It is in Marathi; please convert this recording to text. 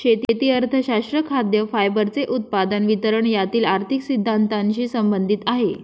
शेती अर्थशास्त्र खाद्य, फायबरचे उत्पादन, वितरण यातील आर्थिक सिद्धांतानशी संबंधित आहे